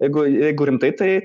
jeigu jeigu rimtai tai